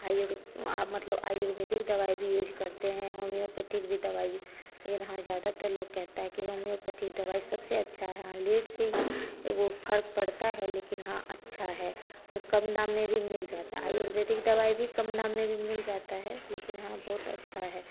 आयुर मतलब आयुर्वेदिक दवाई भी यूज़ करते हैं होम्योपैथिक भी दवाई लेकिन हाँ ज़्यादातर लोग कहते हैं कि होम्योपैथिक दवाई सबसे अच्छी है हाँ लेट से से हाँ वह फर्क पड़ता है लेकिन हाँ अच्छी है वह कम दाम में भी मिल जाती है आयुर्वेदिक दवाई भी काम दाम में भी मिल जाती है लेकिन हाँ बहुत अच्छा है